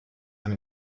and